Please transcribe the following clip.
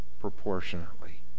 proportionately